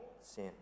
sin